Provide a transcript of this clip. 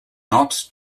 not